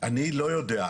אני לא יודע,